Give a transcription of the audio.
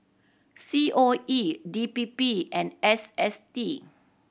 C O E D P P and S S T